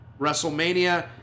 WrestleMania